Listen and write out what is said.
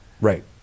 right